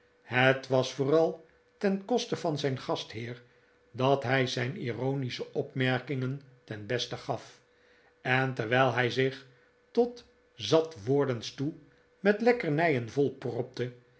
het was vooral ten koste van zijn gastheer dat hij zijn ironische opmerkingen ten beste gaf en terwijl hij zich tot zat wordens toe met lekkernijen volpropte en